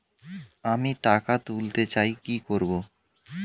আমি টাকা তুলতে চাই কি করব?